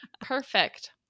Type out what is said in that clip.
Perfect